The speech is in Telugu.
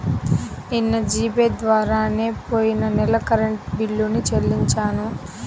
నిన్న జీ పే ద్వారానే పొయ్యిన నెల కరెంట్ బిల్లుని చెల్లించాను